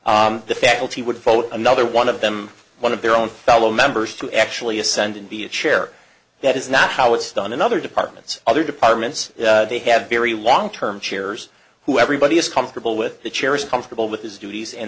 years the faculty would vote another one of them one of their own fellow members to actually ascend and be a chair that is not how it's done in other departments other departments they have very long term chairs who everybody is comfortable with the chair is comfortable with his duties